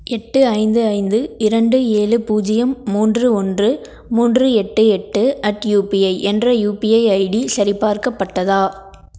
எட்டு ஐந்து ஐந்து இரண்டு ஏழு பூஜ்ஜியம் மூன்று ஒன்று மூன்று எட்டு எட்டு அட் யுபிஐ என்ற யுபிஐ ஐடி சரிபார்க்கப்பட்டதா